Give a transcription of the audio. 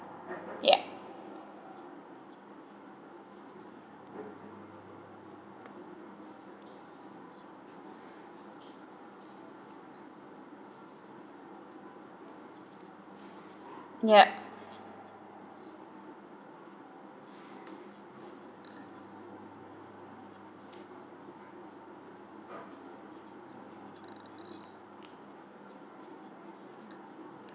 yup yup